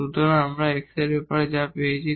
সুতরাং আমরা x এর ব্যাপারে যা পেয়েছি